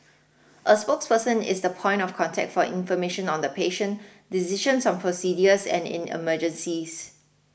a spokesperson is the point of contact for information on the patient decisions on procedures and in emergencies